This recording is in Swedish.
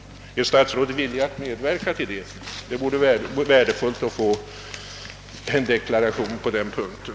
Eller är statsrådet villig att medverka till det? Det vore värdefullt att få en deklaration på den punkten.